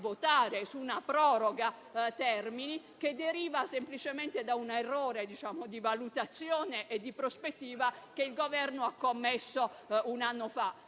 su una proroga termini che deriva semplicemente da un errore di valutazione e di prospettiva che il Governo ha commesso un anno fa.